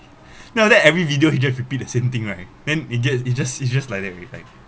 now that every video he just repeat the same thing right then it gets it's just it's just like that every time